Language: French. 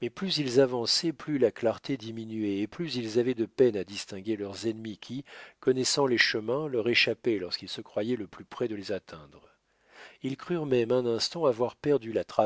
mais plus ils avançaient plus la clarté diminuait et plus ils avaient de peine à distinguer leurs ennemis qui connaissant les chemins leur échappaient lorsqu'ils se croyaient le plus près de les atteindre ils crurent même un instant avoir perdu la